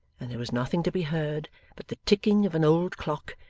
and there was nothing to be heard but the ticking of an old clock,